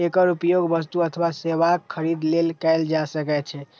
एकर उपयोग वस्तु अथवा सेवाक खरीद लेल कैल जा सकै छै